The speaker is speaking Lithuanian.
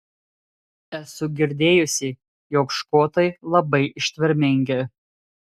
esu girdėjusi jog škotai labai ištvermingi